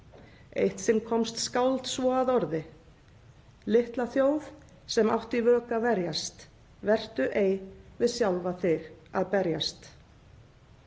Eitt sinn komst skáld svo að orði: „Litla þjóð sem átt í vök að verjast, vertu ei við sjálfa þig að berjast.“